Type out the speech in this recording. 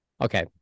Okay